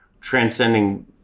transcending